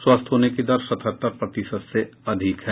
स्वस्थ होने की दर सतहत्तर प्रतिशत से अधिक है